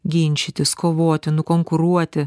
ginčytis kovoti nukonkuruoti